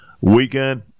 weekend